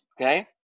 Okay